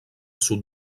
sud